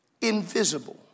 invisible